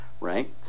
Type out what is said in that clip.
right